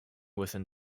within